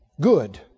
Good